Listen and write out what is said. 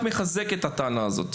אני אומר שאני רק מחזק את הטענה הזאת.